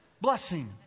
Blessing